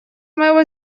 моего